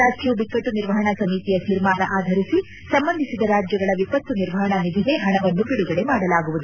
ರಾಷ್ಷೀಯ ಬಿಕ್ಕಟ್ಟು ನಿರ್ವಹಣಾ ಸಮಿತಿಯ ತೀರ್ಮಾನ ಆಧರಿಸಿ ಸಂಬಂಧಿಸಿದ ರಾಜ್ಞಗಳ ವಿಪತ್ತು ನಿರ್ವಹಣಾ ನಿಧಿಗೆ ಹಣವನ್ನು ಬಿಡುಗಡೆ ಮಾಡಲಾಗುವುದು